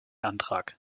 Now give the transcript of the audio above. antrag